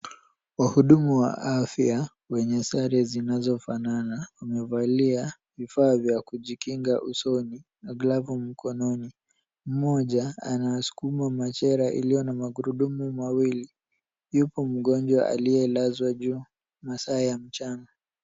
Wahudumu wa afya wenye sare zinazofanana, wamevalia vifaa vya kujikinga usoni na glavu mkononi, mmoja anasukuma machela iliyo na magurudumu mawili. Yupo mgonjwa aliyelazwa juu masaa ya mchana.